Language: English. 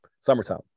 summertime